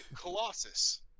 Colossus